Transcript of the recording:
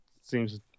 seems